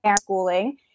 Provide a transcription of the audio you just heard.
schooling